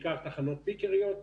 בעיקר תחנות פיקריות.